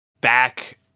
back